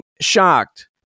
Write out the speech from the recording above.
shocked